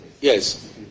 yes